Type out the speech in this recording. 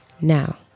Now